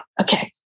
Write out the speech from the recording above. Okay